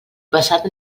basat